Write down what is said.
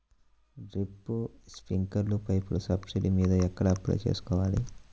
Drip, స్ప్రింకర్లు పైపులు subsidy మీద ఎక్కడ అప్లై చేసుకోవాలి?